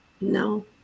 No